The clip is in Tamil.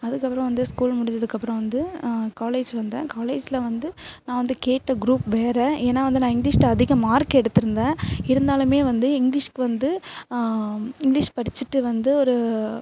அதுக்கப்புறம் அந்து ஸ்கூல் முடிஞ்சதுக்கப்புறம் வந்து காலேஜ் வந்தேன் காலேஜில் வந்து நான் வந்து கேட்ட குரூப் வேறே ஏன்னா வந்து நான் இங்கிலீஷ்ட்டை அதிக மார்க் எடுத்துருந்தேன் இருந்தாலும் வந்து இங்கிலீஷ்க்கு வந்து இங்கிலீஷ் படிச்சுட்டு வந்து ஒரு